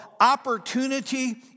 opportunity